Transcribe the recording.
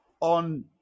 on